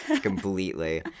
completely